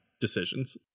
decisions